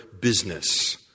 business